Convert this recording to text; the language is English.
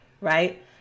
right